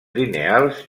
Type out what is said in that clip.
lineals